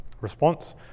response